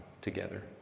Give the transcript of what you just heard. together